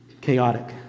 chaotic